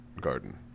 garden